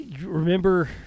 Remember